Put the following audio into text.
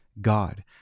God